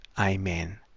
amen